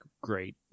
great